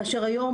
כאשר היום,